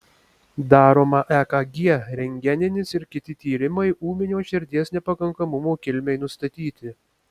daroma ekg rentgeninis ir kiti tyrimai ūminio širdies nepakankamumo kilmei nustatyti